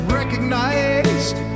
recognized